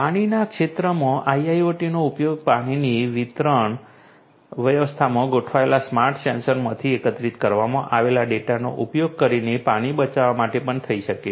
પાણીના ક્ષેત્રમાં IIoTનો ઉપયોગ પાણીની વિતરણ વ્યવસ્થામાં ગોઠવાયેલા સ્માર્ટ સેન્સરમાંથી એકત્રિત કરવામાં આવેલા ડેટાનો ઉપયોગ કરીને પાણી બચાવવા માટે પણ થઈ શકે છે